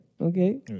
Okay